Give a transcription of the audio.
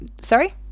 sorry